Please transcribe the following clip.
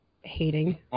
hating